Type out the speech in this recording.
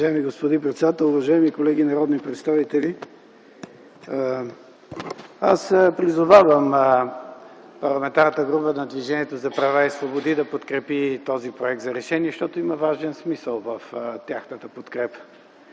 Уважаеми господин председател, уважаеми колеги народни представители! Аз призовавам Парламентарната група на Движението за права и свободи да подкрепи този проект за решение, защото има важен смисъл в тяхната подкрепа.